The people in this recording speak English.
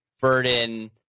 burden